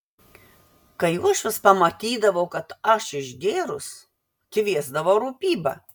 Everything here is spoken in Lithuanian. kai uošvis pamatydavo kad aš išgėrus kviesdavo rūpybą